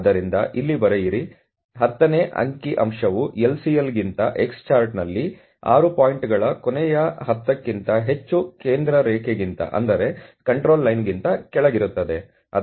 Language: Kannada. ಆದ್ದರಿಂದ ಇಲ್ಲಿ ಬರೆಯಿರಿ 10 ನೇ ಅಂಕಿ ಅಂಶವು LCL ಗಿಂತ x ಚಾರ್ಟ್ನಲ್ಲಿ 6 ಪಾಯಿಂಟ್ಗಳ ಕೊನೆಯ 10 ಕ್ಕಿಂತ ಹೆಚ್ಚು ಕೇಂದ್ರ ರೇಖೆಗಿಂತ ಕೆಳಗಿರುತ್ತದೆ